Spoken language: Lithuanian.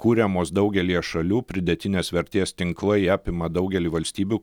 kuriamos daugelyje šalių pridėtinės vertės tinklai apima daugelį valstybių